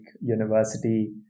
university